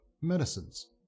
medicines